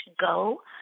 go